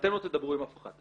ואתן לא תדברו עם אף אחד.